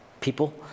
people